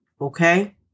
Okay